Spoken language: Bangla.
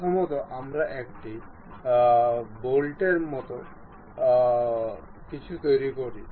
প্রথমত আমরা একটি বোল্টের মাথা তৈরি করি